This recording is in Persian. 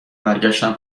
برگشتم